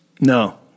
no